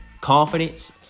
confidence